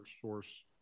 source